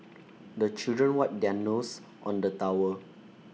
the children wipe their noses on the towel